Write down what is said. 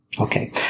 okay